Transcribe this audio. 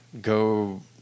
go